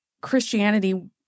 Christianity